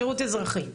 שירות אזרחי.